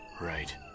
right